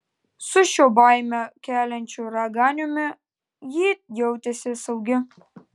su šiuo baimę keliančiu raganiumi ji jautėsi saugi